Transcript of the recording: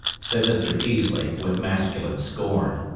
said mr. peaslee, with masculine scorn.